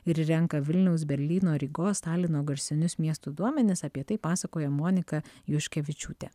ir renka vilniaus berlyno rygos talino garsinius miestų duomenis apie tai pasakoja monika juškevičiūtė